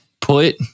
put